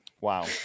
Wow